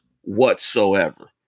whatsoever